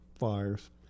fires